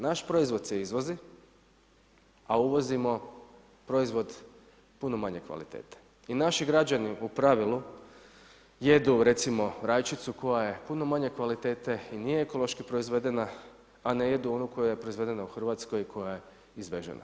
Naš proizvod se izvozi, a uvozimo proizvod puno manje kvalitete i naši građani u pravilu jedu recimo rajčicu koja je puno manje kvalitete i nije ekološki proizvedena, a ne jedu onu koja je proizvedena u Hrvatskoj koja je izvežena.